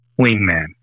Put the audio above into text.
wingman